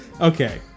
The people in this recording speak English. Okay